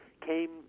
came